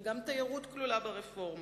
וגם תיירות כלולה ברפורמה.